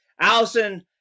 Allison